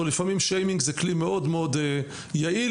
לפעמים שיימינג זה כלי מאוד-מאוד יעיל,